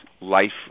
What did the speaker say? life